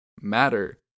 Matter